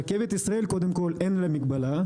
רכבת ישראל אין לה מגבלה.